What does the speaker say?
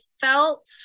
felt